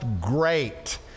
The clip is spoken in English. Great